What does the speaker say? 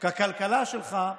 כאל הכלכלה שלך,